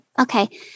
Okay